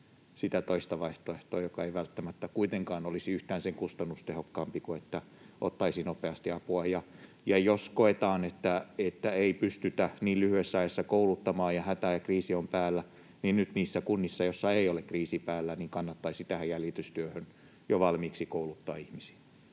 sitä toista vaihtoehtoa, joka ei välttämättä kuitenkaan olisi yhtään sen kustannustehokkaampi kuin se, että otettaisiin nopeasti apua. Ja jos koetaan, että ei pystytä niin lyhyessä ajassa kouluttamaan, ja hätä ja kriisi on päällä, niin nyt niissä kunnissa, joissa ei ole kriisi päällä, kannattaisi tähän jäljitystyöhön jo valmiiksi kouluttaa ihmisiä.